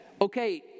Okay